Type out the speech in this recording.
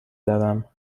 دارم